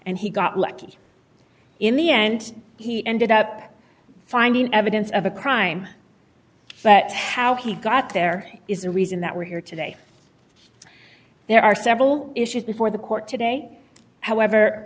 and he got lucky in the end he ended up finding evidence of a crime but how he got there is a reason that we're here today there are several issues before the court today